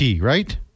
right